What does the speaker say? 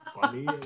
funny